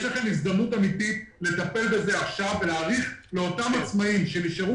יש לכם הזדמנות אמיתית לטפל בזה עכשיו ולהאריך לאותם עצמאים שנשארו